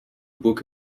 book